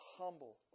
humble